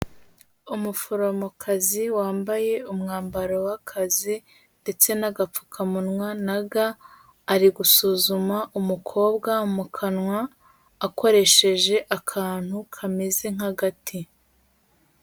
Umuforomokazi wambaye umwambaro w'akazi ndetse n'agapfukamunwa naga, ari gusuzuma umukobwa mu kanwa akoresheje akantu kameze nk'agati.